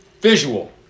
Visual